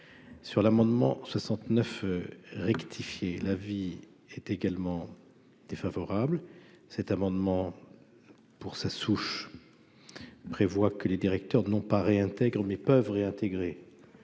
sur l'amendement 69 rectifié la vie est également défavorable cet amendement pour sa souche prévoit que les directeurs non pas réintègre mais peuvent réintégrer